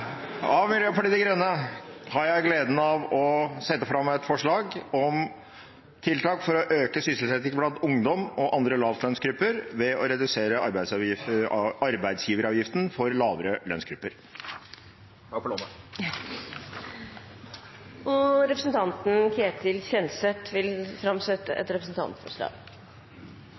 av Miljøpartiet De Grønne har jeg gleden av å sette fram et forslag om tiltak for å øke sysselsettingen blant ungdom og andre lavlønnsgrupper ved å redusere arbeidsgiveravgiften for lavere lønnsgrupper. Representanten Ketil Kjenseth vil framsette et representantforslag.